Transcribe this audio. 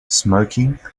smoking